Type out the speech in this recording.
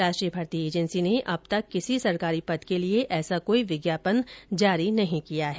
राष्ट्रीय भर्ती एजेंसी ने अब तक किसी सरकारी पद के लिए ऐसा कोई विज्ञापन जारी नहीं किया है